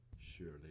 Surely